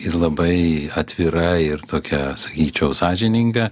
ir labai atvira ir tokia sakyčiau sąžininga